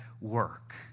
work